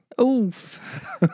Oof